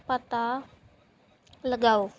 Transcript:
ਪਤਾ ਲਗਾਓ